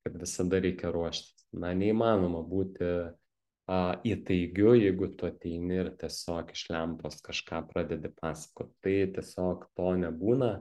kad visada reikia ruošti na neįmanoma būti a įtaigiu jeigu tu ateini ir tiesiog iš lempos kažką pradedi pasakot tai tiesiog to nebūna